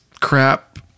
crap